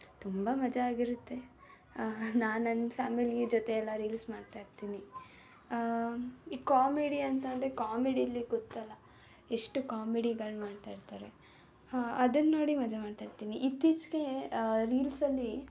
ತುಂಬ ಮಜಾ ಆಗಿರುತ್ತೆ ನಾನು ನನ್ನ ಫ್ಯಾಮಿಲೀ ಜೊತೆಯೆಲ್ಲ ರೀಲ್ಸ್ ಮಾಡ್ತಾಯಿರ್ತೀನಿ ಈ ಕಾಮಿಡಿಯಂತ ಅಂದ್ರೆ ಕಾಮಿಡಿಯಲ್ಲಿ ಗೊತ್ತಲ್ಲ ಎಷ್ಟು ಕಾಮಿಡಿಗಳು ಮಾಡ್ತಾಯಿರ್ತಾರೆ ಹಾಂ ಅದನ್ನ ನೋಡಿ ಮಜಾ ಮಾಡ್ತಾಯಿರ್ತೀನಿ ಇತ್ತೀಚೆಗೆ ರೀಲ್ಸಲ್ಲಿ